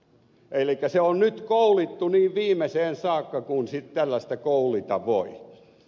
elikkä se on nyt koulittu niin viimeiseen saakka kuin tällaista koulita voi